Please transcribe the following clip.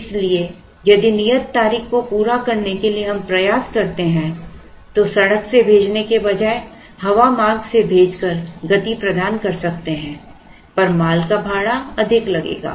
इसलिए यदि नियत तारीख को पूरा करने के लिए हम प्रयास करते हैं तो सड़क से भेजने के बजाय हवा मार्ग से भेजकर गति प्रदान कर सकते हैं पर माल का भाड़ा अधिक लगेगा